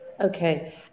okay